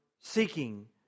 seeking